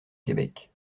québec